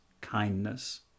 kindness